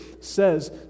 says